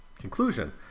conclusion